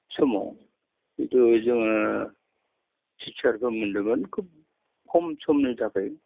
समाव जितु जोङो टिचारफोर मोन्दोंमोन खोब खम समनि थाखाय